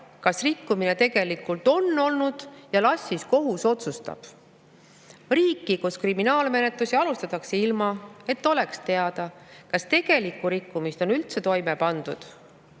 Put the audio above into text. kas rikkumine on tegelikult olnud, las siis kohus otsustab. Riiki, kus kriminaalmenetlusi alustatakse ilma, et oleks teada, kas tegelik rikkumine on üldse toime pandud,